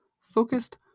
focused